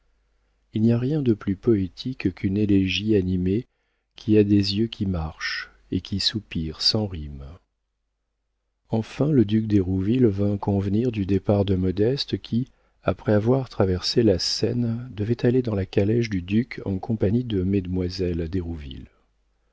il n'y a rien de plus poétique qu'une élégie animée qui a des yeux qui marche et qui soupire sans rimes enfin le duc d'hérouville vint convenir du départ de modeste qui après avoir traversé la seine devait aller dans la calèche du duc en compagnie de mesdemoiselles